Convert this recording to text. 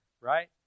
right